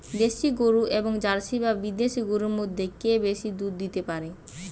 দেশী গরু এবং জার্সি বা বিদেশি গরু মধ্যে কে বেশি দুধ দিতে পারে?